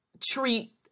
treat